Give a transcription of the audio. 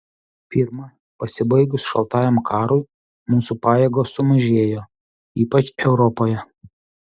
pirma pasibaigus šaltajam karui mūsų pajėgos sumažėjo ypač europoje